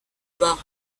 bar